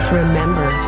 remember